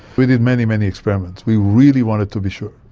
we did many, many experiments. we really wanted to be sure.